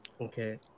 okay